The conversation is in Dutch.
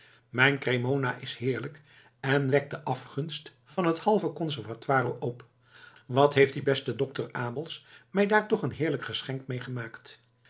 mijn cremona is heerlijk en wekt de afgunst van het halve conservatoire op wat heeft die beste dokter abels mij daar toch een heerlijk geschenk